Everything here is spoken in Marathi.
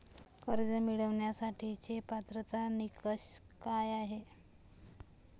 कर्ज मिळवण्यासाठीचे पात्रता निकष काय आहेत?